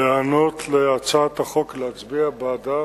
להיענות להצעת החוק, להצביע בעדה